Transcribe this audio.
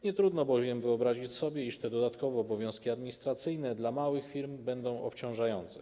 Nietrudno sobie wyobrazić, iż te dodatkowe obowiązki administracyjne dla małych firm będą obciążające.